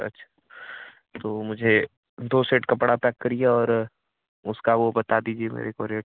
अच्छा अच्छा तो मुझे दो सेट कपड़ा पैक करिए और उसका वह बता दीजिए मेरे को रेट